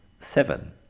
Seven